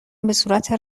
بهصورت